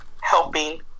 helping